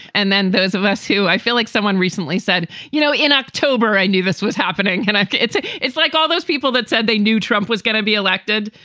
and then those of us who i feel like someone recently said, you know, in october, i knew this was happening. and it's ah it's like all those people that said they knew trump was going to be elected,